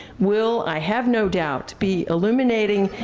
will, i have no doubt, be illuminating,